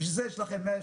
אנחנו לא אשמים.